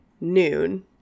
noon-